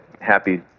happy